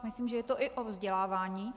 Myslím, že je to i o vzdělávání.